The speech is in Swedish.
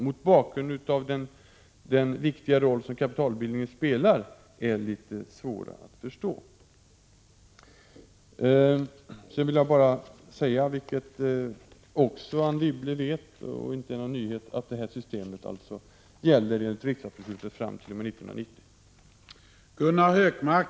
Mot bakgrund av den viktiga roll kapitalbildningen spelar är det litet svårt att förstå detta. Avslutningsvis vill jag säga, vilket inte torde vara någon nyhet för Anne Wibble, att detta system enligt riksdagsbeslutet gäller fram t.o.m. 1990.